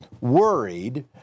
worried